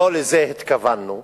לא לזה התכוונו,